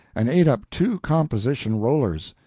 and ate up two composition rollers.